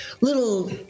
little